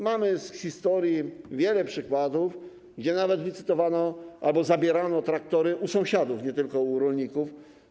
Mamy w historii wiele przykładów, gdy nawet licytowano czy zabierano traktory u sąsiadów, nie tylko u rolników.